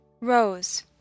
Rose